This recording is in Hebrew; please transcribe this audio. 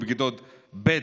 ובין כיתות ב',